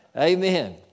Amen